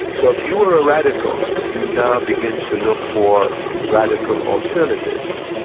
so if you were a radical you now begin to look for radical alternatives.